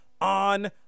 on